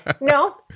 No